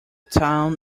town